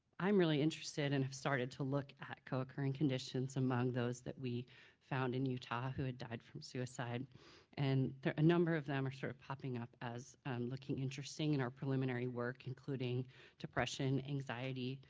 i'm really interested and have started to look at can occurring conditions among those that we found in utah who died from suicide and a number of them are sort of popping up as looking interesting in our preliminary work including depression, anxiety,